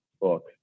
book